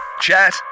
chat